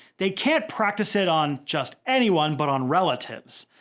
they can't practice it on just anyone but on relatives.